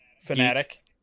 fanatic